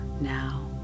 now